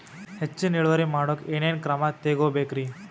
ಹೆಚ್ಚಿನ್ ಇಳುವರಿ ಮಾಡೋಕ್ ಏನ್ ಏನ್ ಕ್ರಮ ತೇಗೋಬೇಕ್ರಿ?